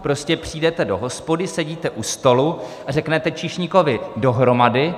Prostě přijdete do hospody, sedíte u stolu a řeknete číšníkovi: Dohromady!